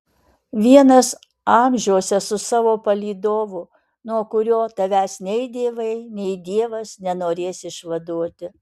vienas amžiuose su savo palydovu nuo kurio tavęs nei dievai nei dievas nenorės išvaduoti